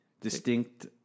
distinct